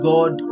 God